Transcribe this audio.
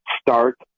Start